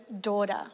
daughter